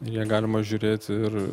į ją galima žiūrėt ir